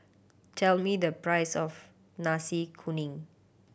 tell me the price of Nasi Kuning